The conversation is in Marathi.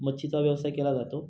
मच्छीचा व्यवसाय केला जातो